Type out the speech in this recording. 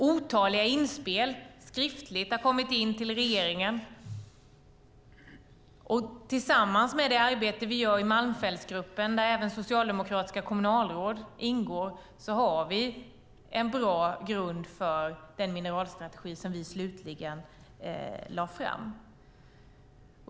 Otaliga skriftliga inspel har kommit in till regeringen, och tillsammans med det arbete vi gör i Malmfältsgruppen där även socialdemokratiska kommunalråd ingår har vi en bra grund för den mineralstrategi som vi slutligen lade fram.